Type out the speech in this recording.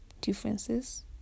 differences